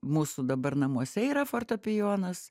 mūsų dabar namuose yra fortepijonas